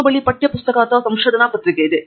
ನಿಮ್ಮ ಬಳಿ ಪಠ್ಯ ಪುಸ್ತಕ ಮತ್ತು ಸಂಶೋಧನಾ ಪತ್ರಿಕೆಯಿದೆ